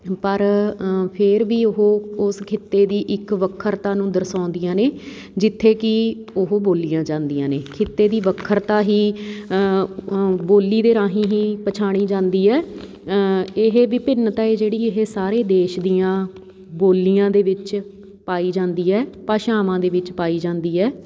ਪਰ ਫੇਰ ਵੀ ਉਹ ਉਸ ਖਿੱਤੇ ਦੀ ਇੱਕ ਵੱਖਰਤਾ ਨੂੰ ਦਰਸਾਉਂਦੀਆਂ ਨੇ ਜਿੱਥੇ ਕਿ ਉਹ ਬੋਲੀਆਂ ਜਾਂਦੀਆਂ ਨੇ ਖਿੱਤੇ ਦੀ ਵੱਖਰਤਾ ਹੀ ਬੋਲੀ ਦੇ ਰਾਹੀਂ ਹੀ ਪਛਾਣੀ ਜਾਂਦੀ ਹੈ ਇਹ ਵਿਭਿੰਨਤਾ ਹੈ ਜਿਹੜੀ ਇਹ ਸਾਰੇ ਦੇਸ਼ ਦੀਆਂ ਬੋਲੀਆਂ ਦੇ ਵਿੱਚ ਪਾਈ ਜਾਂਦੀ ਹੈ ਭਾਸ਼ਾਵਾਂ ਦੇ ਵਿੱਚ ਪਾਈ ਜਾਂਦੀ ਹੈ